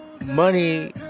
money